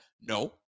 No